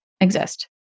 exist